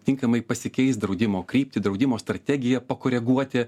tinkamai pasikeist draudimo kryptį draudimo strategiją pakoreguoti